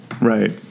Right